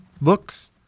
books